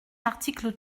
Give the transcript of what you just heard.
l’article